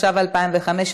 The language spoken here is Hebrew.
התשע"ו 2015,